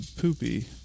Poopy